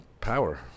power